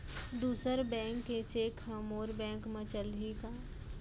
दूसर बैंक के चेक ह मोर बैंक म चलही का?